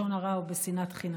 בלשון הרע ובשנאת חינם.